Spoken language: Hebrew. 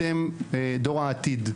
אתם דור העתיד.